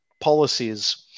policies